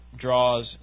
draws